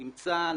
עם צה"ל,